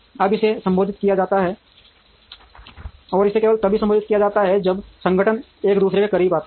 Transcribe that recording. अब इसे संबोधित किया जाना है और इसे केवल तभी संबोधित किया जा सकता है जब संगठन एक दूसरे के करीब आते हैं